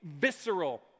visceral